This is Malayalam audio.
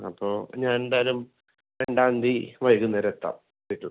അപ്പോൾ ഞാനെന്തായാലും രണ്ടാതീ വൈകുന്നേരവെത്താം എത്തും